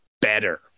better